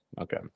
Okay